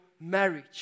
marriage